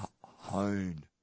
hone